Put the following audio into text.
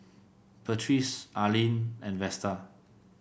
Patrice Arline and Vesta